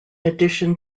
addition